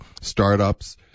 startups